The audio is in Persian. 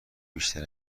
بیشتر